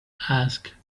ask